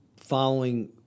following